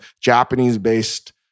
Japanese-based